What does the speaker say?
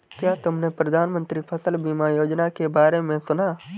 क्या तुमने प्रधानमंत्री फसल बीमा योजना के बारे में सुना?